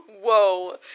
whoa